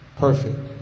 perfect